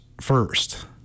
first